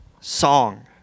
song